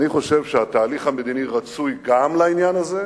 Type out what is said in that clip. אני חושב שהתהליך המדיני רצוי גם לעניין הזה.